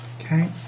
Okay